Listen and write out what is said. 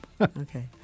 Okay